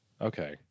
Okay